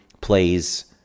plays